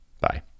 Bye